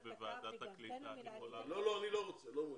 אני לא מעוניין,